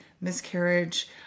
miscarriage